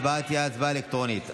ההצבעה תהיה הצבעה אלקטרונית,